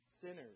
Sinners